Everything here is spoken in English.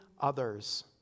others